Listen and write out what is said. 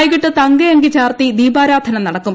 വൈകിട്ട് തങ്കഅങ്കി ചാർത്തി ദീപാരാധന നടക്കും